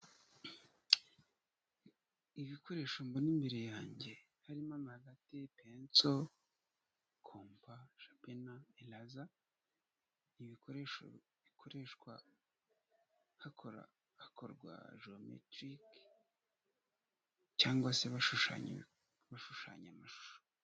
Ibikoresho mbona imbere yanjye harimo: amarate, penso, kopa, shapena, eraza ibikoresho bikoreshwa hakora hakorwa jowemetirike cyangwa se bashushanya bashushanya amashusho.